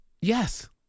Yes